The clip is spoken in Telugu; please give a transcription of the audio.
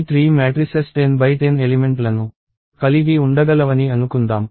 ఈ 3 మ్యాట్రిసెస్ 10 X 10 ఎలిమెంట్లను కలిగి ఉండగలవని అనుకుందాం